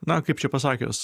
na kaip čia pasakius